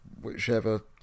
whichever